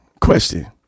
Question